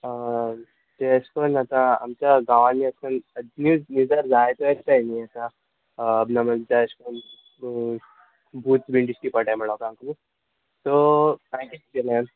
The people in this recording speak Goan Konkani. ते एश कोन्न आतां आमच्या गांवांनी एश कोन्न जायते आसताय न्ही आतां अबनॉर्मल जाय एशे कोन्न बूत बीन दिश्टी पोडटाय म्हण लोकांकू सो हांय कितें केलें